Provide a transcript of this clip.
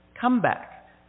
comeback